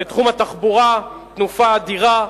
בתחום התחבורה, תנופה אדירה,